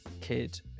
kid